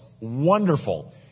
wonderful